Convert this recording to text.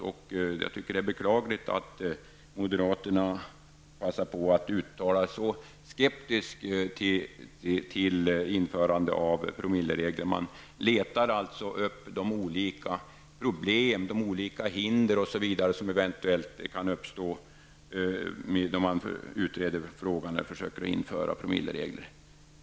Jag tycker att det är beklagligt att moderaterna passar på att uttala en sådan skepsis till införande av promilleregler. De letar upp de problem som eventuellt kan uppstå och de hinder som kan finnas när man utreder frågan eller försöker införa promilleregler.